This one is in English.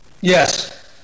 yes